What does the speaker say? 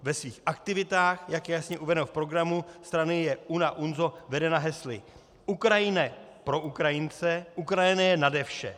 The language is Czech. Ve svých aktivitách, jak je jasně uvedeno v programu strany, je UNAUNZO vedena hesly Ukrajina pro Ukrajince, Ukrajina je nade vše.